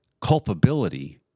culpability